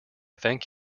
thank